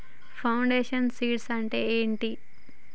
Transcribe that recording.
Foundation seeds అంటే ఏంటి?